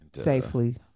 safely